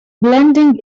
blending